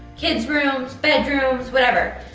kids' room, bedrooms, whatever.